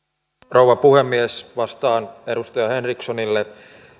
rouva puhemies vastaan edustaja henrikssonille